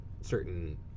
certain